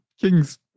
kings